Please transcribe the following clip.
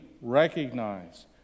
recognize